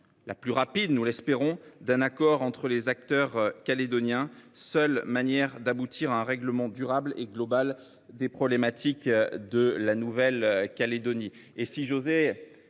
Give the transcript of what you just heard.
la conclusion rapide d’un accord entre les acteurs calédoniens, seule manière d’aboutir à un règlement durable et global des problématiques de la Nouvelle Calédonie.